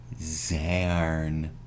Zarn